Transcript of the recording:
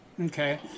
Okay